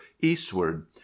eastward